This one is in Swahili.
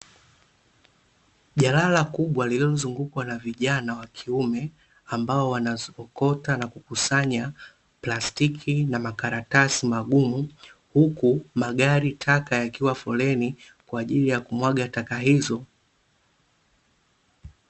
Jalala kubwa lililozungukwa na vijana wa kiume ambao wanasokota na kukusanya plastiki na makaratasi magumu, huku magari taka yakiwa foleni kwa ajili ya kumwaga taka hizo.